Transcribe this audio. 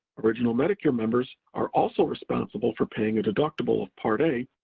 original medicare members are also responsible for paying a deductible of part a,